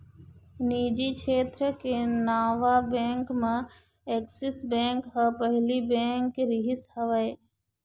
निजी छेत्र के नावा बेंक म ऐक्सिस बेंक ह पहिली बेंक रिहिस हवय